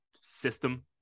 system